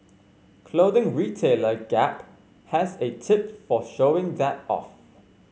clothing retailer Gap has a tip for showing that off